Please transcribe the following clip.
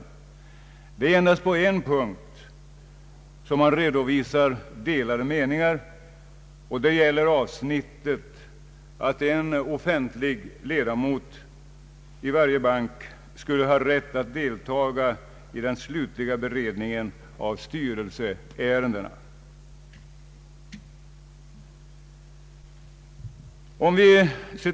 Det är endast på en punkt som man redovisar delade meningar. Det gäller avsnittet om att en offentlig ledamot i varje bank skulle ha rätt att deltaga i den slutliga beredningen av styrelseärendena.